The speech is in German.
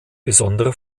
besondere